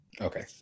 okay